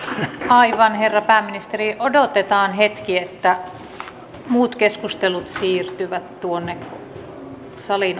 aivan herra pääministeri odotetaan hetki että muut keskustelut siirtyvät tuonne salin